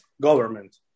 government